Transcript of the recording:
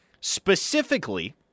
specifically